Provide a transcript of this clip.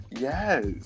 Yes